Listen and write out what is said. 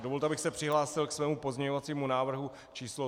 Dovolte, abych se přihlásil ke svému pozměňovacímu návrhu č. 3696.